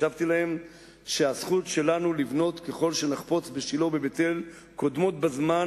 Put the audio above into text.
השבתי להן שהזכות שלנו לבנות ככל שנחפוץ בשילה ובבית-אל קודמת בזמן,